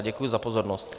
Děkuji za pozornost.